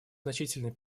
значительный